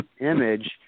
image